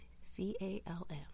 C-A-L-M